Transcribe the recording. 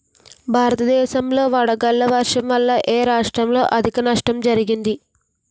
భారతదేశం లో వడగళ్ల వర్షం వల్ల ఎ రాష్ట్రంలో అధిక నష్టం జరిగింది?